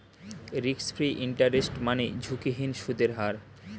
risk free interest মানে ঝুঁকিহীন সুদের হার